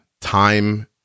Time